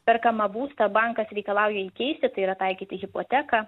perkamą būstą bankas reikalauja įkeisti tai yra taikyti hipoteka